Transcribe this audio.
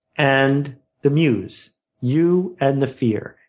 and the muse you and the fear.